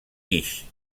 guix